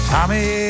Tommy